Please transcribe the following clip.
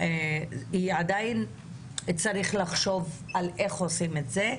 ועדיין צריך לחשוב איך עושים את זה,